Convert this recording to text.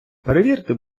перевірте